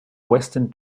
western